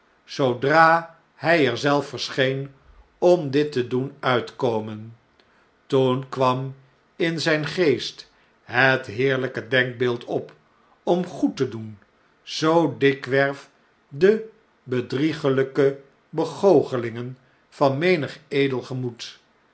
zoodra hij er zelf verscheen om dit te doen uitkomen toen kwam in zijn geest het heerljjke denkbeeld op om goed te doen zoo dikwerf de bedriegelijke begoochelingen van